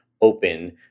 open